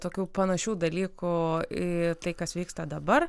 tokių panašių dalykų į tai kas vyksta dabar